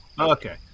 okay